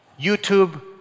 YouTube